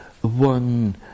one